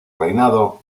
reinado